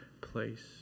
place